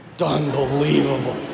Unbelievable